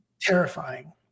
terrifying